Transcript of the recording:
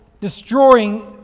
destroying